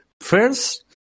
First